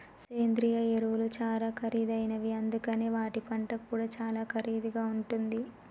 సేంద్రియ ఎరువులు చాలా ఖరీదైనవి అందుకనే వాటి పంట కూడా చాలా ఖరీదుగా ఉంటుంది